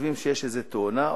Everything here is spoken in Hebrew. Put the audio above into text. חושבים שיש איזה תאונה,